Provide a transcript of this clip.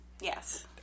Yes